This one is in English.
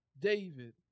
David